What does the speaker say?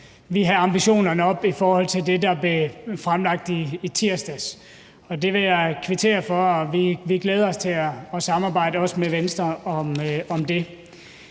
vi have ambitionerne op i forhold til det, der blev fremlagt i tirsdags. Det vil jeg kvittere for, og vi glæder os til at samarbejde også med Venstre om det.